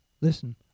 Listen